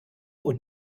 und